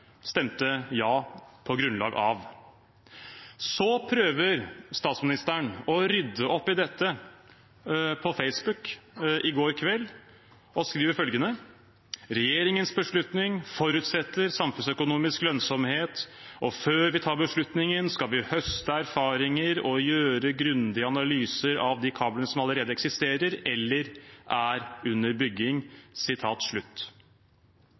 stemte ja på grunnlag av. Så prøver statsministeren å rydde opp i dette på Facebook i går kveld og skriver følgende: «Regjeringens beslutning forutsetter samfunnsøkonomisk lønnsomhet, og før vi tar beslutningen, skal vi høste erfaringer og gjøre grundige analyser av de kablene som allerede eksisterer eller er under bygging.»